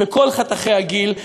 בכל חתכי הגיל.